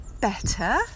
better